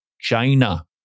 China